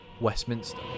Westminster